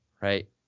right